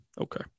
Okay